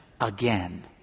again